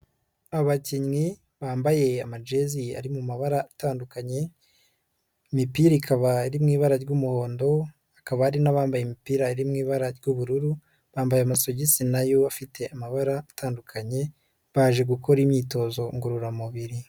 Abakinnyi bambaye amajesi ari mu mabara atandukanye, imipira ikaba ari mu ibara ry'umuhondo, hakaba hari n'abambaye imipira iririmo ibara ry'ubururu, bambaye amasogisi nayo afite amabara atandukanye, baje gukora imyitozo ngororamubiri.